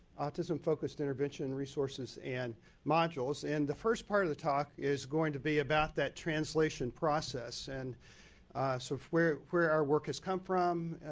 autism focused intervention resources and modules. and the first part of the talk is going to be about that translation process. and so where where our work has come from,